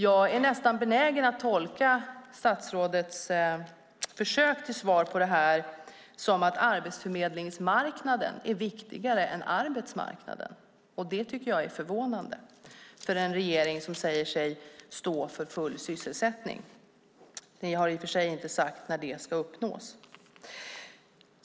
Jag är nästan benägen att tolka statsrådets försök till svar på detta som att arbetsförmedlingsmarknaden är viktigare än arbetsmarknaden. Det tycker jag är förvånande för en regering som säger sig stå för full sysselsättning. Ni har i och för sig inte sagt när detta ska uppnås.